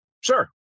Sure